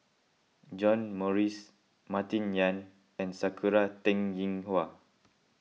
John Morrice Martin Yan and Sakura Teng Ying Hua